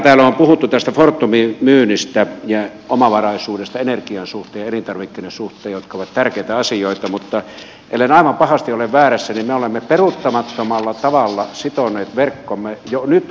täällä on puhuttu tästä fortumin myynnistä ja omavaraisuudesta energian suhteen elintarvikkeiden suhteen jotka ovat tärkeitä asioita mutta ellen aivan pahasti ole väärässä niin me olemme peruuttamattomalla tavalla sitoneet verkkomme jo nyt kansainväliseen järjestelmään